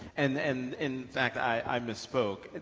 and and in fact, i misspoke,